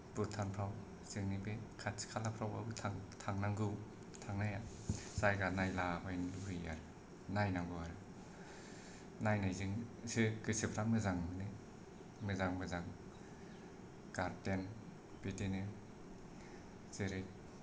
भुटान फ्राव जोंनि बे खाथि खालाफ्रावबाबो थां थांनांगौ थांनाया जायगा नायलाबायनो लुबैयो आरो नायनांगौ आरो नायनायजोंसो गोसोफ्रा मोजां मोनो मोजां मोजां गार्डेन बिदिनो जेरै